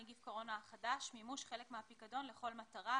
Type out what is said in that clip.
נגיף הקורונה החדש) (מימוש חלק מהפיקדון לכל מטרה),